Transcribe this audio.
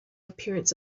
appearance